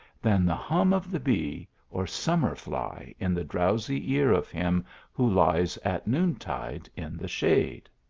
than the hum of the bee or summer-fly in the drowsy ear of him who lies at noon-tide in the shade.